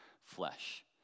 flesh